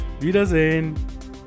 Wiedersehen